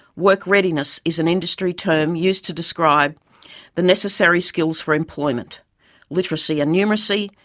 work readiness is an industry term used to describe the necessary skills for employment literacy and numeracy,